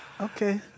Okay